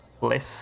less